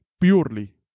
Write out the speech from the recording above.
purely